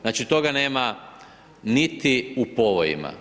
Znači toga nema niti u povojima.